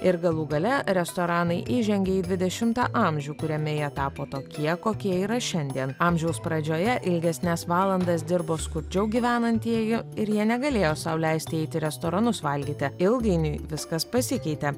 ir galų gale restoranai įžengė į dvidešimtą amžių kuriame jie tapo tokie kokie yra šiandien amžiaus pradžioje ilgesnes valandas dirbo skurdžiau gyvenantieji ir jie negalėjo sau leisti eit į restoranus valgyti ilgainiui viskas pasikeitė